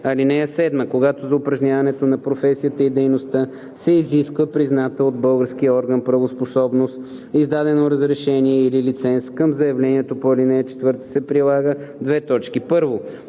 и умения. (7) Когато за упражняването на професията и дейността се изисква призната от български орган правоспособност, издадено разрешение или лиценз, към заявлението по ал. 4 се прилага: 1. документ,